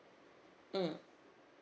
mm